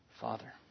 Father